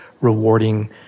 rewarding